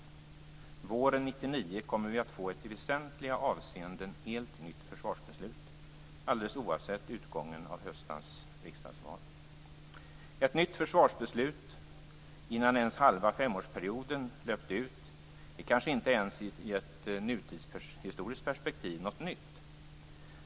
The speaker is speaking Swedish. Våren 1999 kommer vi att få ett i väsentliga avseende helt nytt försvarsbeslut alldeles oavsett utgången av höstens riksdagsval. Ett nytt försvarsbeslut innan ens halva femårsperioden löpt ut är kanske inte ens i ett nutidshistoriskt perspektiv något nytt.